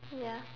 ya